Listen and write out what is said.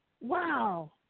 Wow